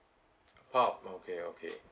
oh okay okay